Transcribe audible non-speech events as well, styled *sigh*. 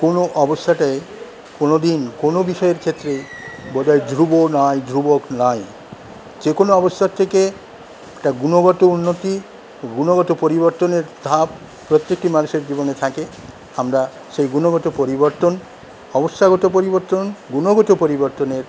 কোনো অবস্থাতে কোনো দিন কোনো বিষয়ের ক্ষেত্রে বোধহয় *unintelligible* নাই যে কোনো অবস্থার থেকে একটা গুণগত উন্নতি গুণগত পরিবর্তনের ধাপ প্রত্যেকটি মানুষের জীবনে থাকে আমরা সেই গুণগত পরিবর্তন অবস্থাগত পরিবর্তন গুণগত পরিবর্তনের